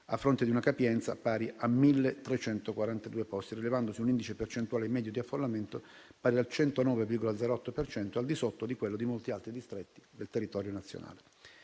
pari a complessivi 1.342 posti, rilevandosi un indice percentuale medio di affollamento pari al 109,08 per cento, al di sotto di quello di molti altri distretti del territorio nazionale.